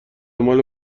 مال